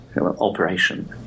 operation